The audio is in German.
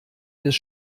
des